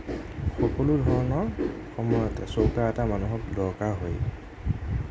সকলোধৰণৰ সময়তে চৌকা এটা মানুহক দৰকাৰ হয়েই